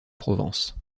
provence